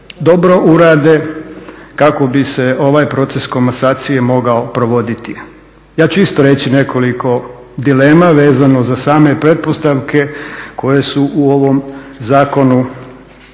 dobro urade kako bi se ovaj proces komasacije mogao provoditi. Ja ću isto reći nekoliko dilema vezano za same pretpostavke koje su u ovom zakonu